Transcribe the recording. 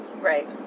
Right